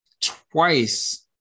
twice